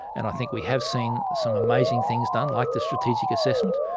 and i think we have seen some amazing things done, like the strategic assessment.